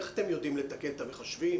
איך אתם יודעים לתקן את המחשבים?